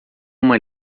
uma